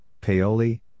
Paoli